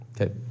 Okay